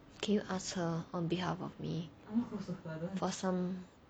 can you ask her on behalf of me for some